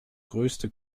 größte